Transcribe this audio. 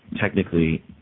technically